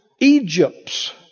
Egypt's